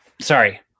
sorry